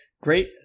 great